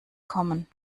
kommen